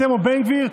אתם או בן גביר,